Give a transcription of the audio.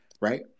right